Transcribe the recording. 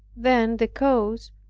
then the cause,